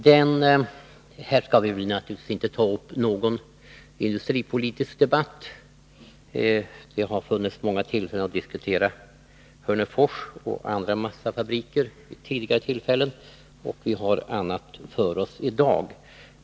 Vi skall självfallet inte ta upp någon industripolitisk debatt här. Det har funnits många tillfällen tidigare att diskutera Hörnefors och andra massafabriker, och vi har annat för oss i dag.